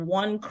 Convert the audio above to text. one